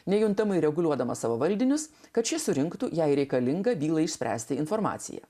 nejuntamai reguliuodama savo valdinius kad šis surinktų jai reikalingą bylai išspręsti informaciją